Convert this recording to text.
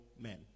men